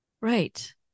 Right